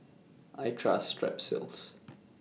I Trust Strepsils